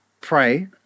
pray